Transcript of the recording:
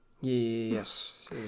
yes